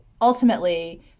Ultimately